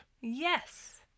Yes